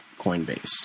Coinbase